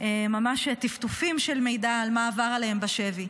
ממש טפטופים של מידע על מה עבר עליהן בשבי.